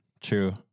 True